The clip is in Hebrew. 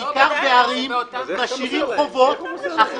בעיקר בערים ומשאירים חובות.